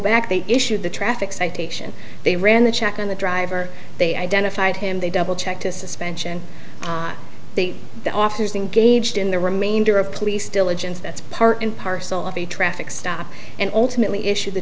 back they issued the traffic citation they ran the check on the driver they identified him they double checked a suspension not the officers engaged in the remainder of police diligence that's part and parcel of a traffic stop and ultimately issued the